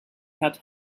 had